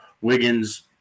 wiggins